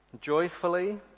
joyfully